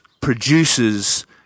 produces